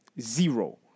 zero